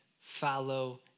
follow